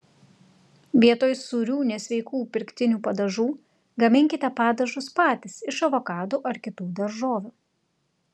vietoj sūrių nesveikų pirktinių padažų gaminkite padažus patys iš avokadų ar kitų daržovių